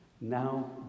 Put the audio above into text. Now